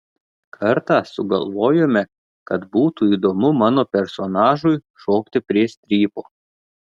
kartą sugalvojome kad būtų įdomu mano personažui šokti prie strypo